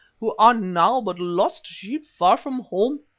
who are now but lost sheep far from home,